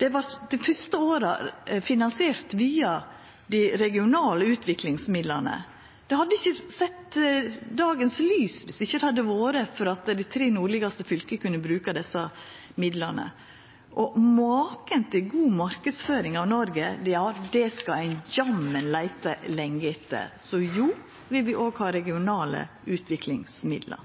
Ho vart dei første åra finansiert via dei regionale utviklingsmidlane. Ho hadde ikkje sett dagens lys viss det ikkje hadde vore for at dei tre nordlegaste fylka kunne bruka desse midlane. Og maken til god marknadsføring av Noreg skal ein jammen leita lenge etter. Så jo, vi vil òg ha regionale utviklingsmidlar. Arbeidarpartiet var dei første som sette ned selskapsskatten.